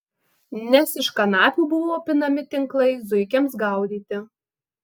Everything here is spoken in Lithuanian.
nes iš kanapių buvo pinami tinklai zuikiams gaudyti